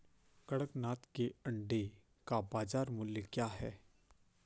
कड़कनाथ के अंडे का बाज़ार मूल्य क्या है?